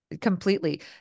Completely